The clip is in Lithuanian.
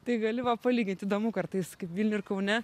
tai gali va palygint įdomu kartais kaip vilniuj ir kaune